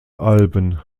alben